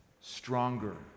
stronger